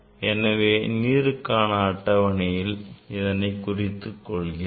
எனவே நீருக்கான அட்டவணையில் அளவுகளை குறித்துக் கொண்டேன்